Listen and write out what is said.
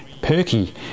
Perky